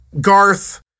Garth